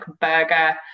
burger